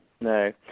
no